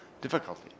difficulty